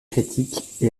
critique